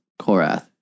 Korath